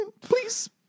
please